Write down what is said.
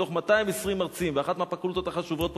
מתוך 220 מרצים באחת מהפקולטות החשובות פה,